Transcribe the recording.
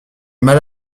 mal